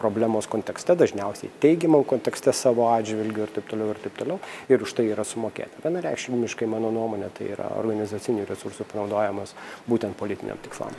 problemos kontekste dažniausiai teigiamam kontekste savo atžvilgiu ir taip toliau ir taip toliau ir už tai yra sumokėta vienareikšmiškai mano nuomone tai yra organizacinių resursų panaudojimas būtent politiniam tikslam